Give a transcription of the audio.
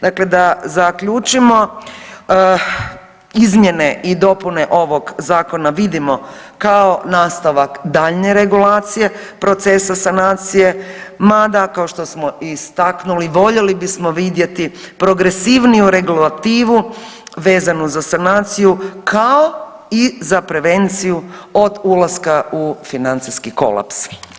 Dakle da zaključimo, izmjene i dopune ovog Zakona vidimo kao nastavak daljnje regulacije procesa sanacije, mada, kao što smo istaknuli, voljeli bismo vidjeti progresivniju regulativu vezanu za sanaciju, kao i za prevenciju od ulaska u financijski kolaps.